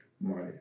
money